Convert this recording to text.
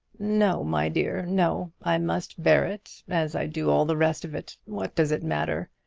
no, my dear no. i must bear it, as i do all the rest of it. what does it matter?